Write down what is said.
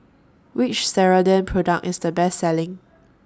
Which Ceradan Product IS The Best Selling